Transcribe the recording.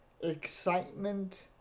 excitement